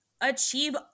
achieve